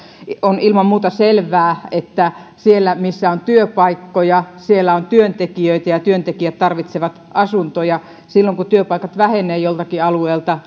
on ilman muuta selvää että siellä missä on työpaikkoja on työntekijöitä ja työntekijät tarvitsevat asuntoja silloin kun työpaikat vähenevät joltakin alueelta